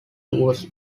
tours